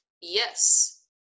yes